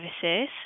services